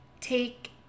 take